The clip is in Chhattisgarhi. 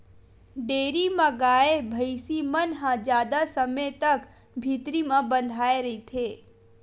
डेयरी म गाय, भइसी मन ह जादा समे तक भीतरी म बंधाए रहिथे